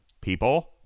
people